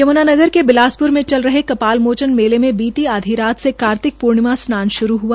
यमुनानगर के बिलासपुर में चल रहे कपाल मोचन मेले में बीती रात से कार्तिक पूर्णिमा स्नान शुरू हुआ